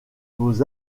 beaux